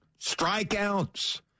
strikeouts